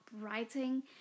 writing